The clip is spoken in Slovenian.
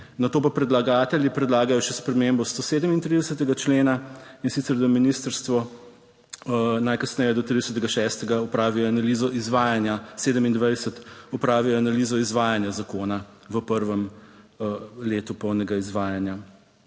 Nato pa predlagatelji predlagajo še spremembo 137. člena, in sicer, da ministrstvo najkasneje do 30. 6. opravi analizo izvajanja, 27, opravi analizo izvajanja zakona. v prvem letu polnega izvajanja.